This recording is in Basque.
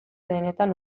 denetan